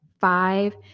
Five